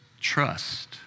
trust